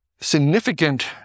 significant